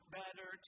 better